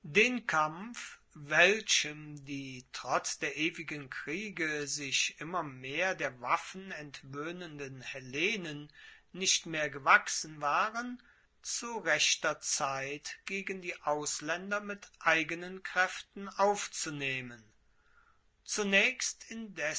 den kampf welchem die trotz der ewigen kriege sich immer mehr der waffen entwoehnenden hellenen nicht mehr gewachsen waren zu rechter zeit gegen die auslaender mit eigenen kraeften aufzunehmen zunaechst indes